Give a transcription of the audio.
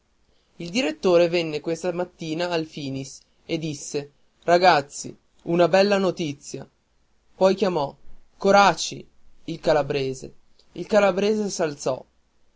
il direttore venne questa mattina al finis e disse ragazzi una bella notizia poi chiamò coraci il calabrese il calabrese